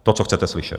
To, co chcete slyšet.